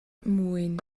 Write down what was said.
mwyn